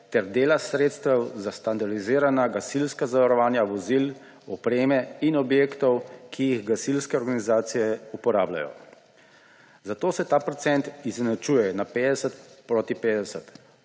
ter dela sredstev za standardizirana gasilska zavarovanja vozil, opreme in objektov, ki jih gasilske organizacije uporabljajo. Zato se ta procent izenačuje na 50 : 50.